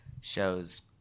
shows